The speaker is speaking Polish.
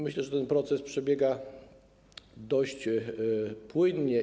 Myślę też, że ten proces przebiega dość płynnie.